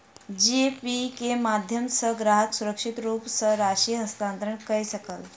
जी pay के माध्यम सॅ ग्राहक सुरक्षित रूप सॅ राशि हस्तांतरण कय सकल